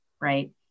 right